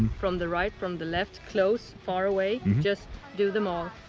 from the right, from the left, close, far away just do them all,